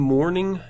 Morning